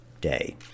day